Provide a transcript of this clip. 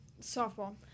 Softball